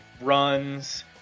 runs